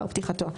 פתיחתו.